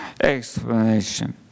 Explanation